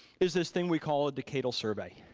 is this thing we call a decadal survey.